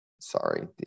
Sorry